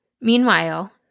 Meanwhile